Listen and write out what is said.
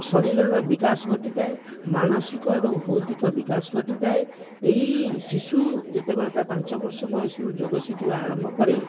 ଶରୀରର ବିକାଶ ଘଟିଥାଏ ମାନସିକ ଏବଂ ଭୌତିକ ବିକାଶ ଘଟିଥାଏ ଏଇ ଶିଶୁ ଯେତେବେଳେ ତାର ପାଞ୍ଚ ବର୍ଷ ବୟସରୁ ଯୋଗ ଶିଖିବା ଆରମ୍ଭ କରେ